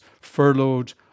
furloughed